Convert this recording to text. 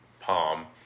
palm